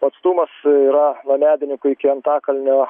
o atstumas yra nuo medininkų iki antakalnio